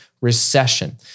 recession